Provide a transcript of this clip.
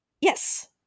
Yes